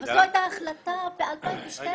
זאת ההחלטה ב-2012.